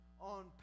on